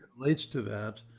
leads to that,